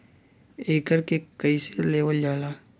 एकरके कईसे लेवल जाला?